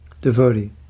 Devotee